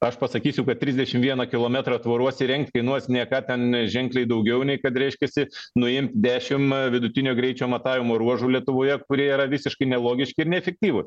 aš pasakysiu kad trisdešimt vieną kilometrą tvoros įrengti kainuos ne ką ten ženkliai daugiau nei kad reiškiasi nuimti dešimt vidutinio greičio matavimo ruožų lietuvoje kurie yra visiškai nelogiški ir neefektyvūs